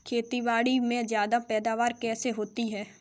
खेतीबाड़ी में ज्यादा पैदावार कैसे होती है?